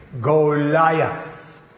Goliath